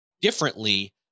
differently